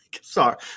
Sorry